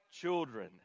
children